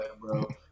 bro